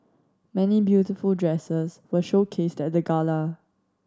many beautiful dresses were showcased at the gala